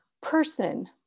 person